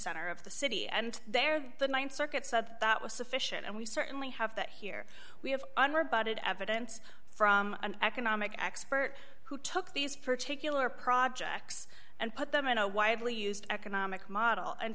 center of the city and there the th circuit said that was sufficient and we certainly have that here we have unrebutted evidence from an economic expert who took these particular projects and put them on a widely used economic model and